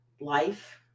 life